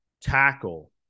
tackle